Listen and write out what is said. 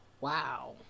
wow